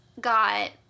got